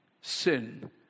Sin